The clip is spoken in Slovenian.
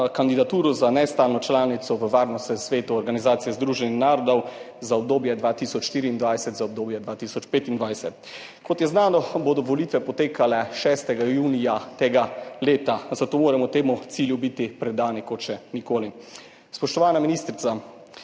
kandidaturo za nestalno članico v Varnostnem svetu Organizacije združenih narodov za obdobje 2024–2025. Kot je znano, bodo volitve potekale 6. junija tega leta, zato moramo biti temu cilju predani kot še nikoli. Spoštovana ministrica,